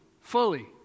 fully